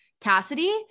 Cassidy